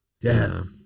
Death